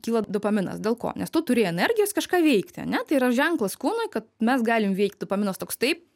kyla dopaminas dėl ko nes tu turi energijos kažką veikti ane tai yra ženklas kūnui kad mes galim veikt dopaminas toks taip